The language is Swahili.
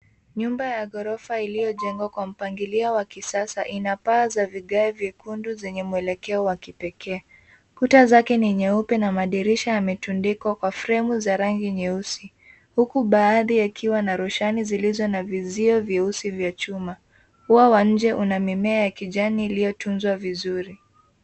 Nyumba ya ghorofa iliojengwa kwa mpangilio wa kisasa ina paa za vigae vyekundu zenye mwelekeo wa kipekee. Kuta zake ni nyeupe na madirisha yametundikwa kwa fremu za rangi nyeusi, huku baadhi yakiwa na roshani zilizo na vizio vyeusi vya chuma. Ua wa nje una mimea ya kijani iliotunzwa vizuri.